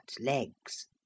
legs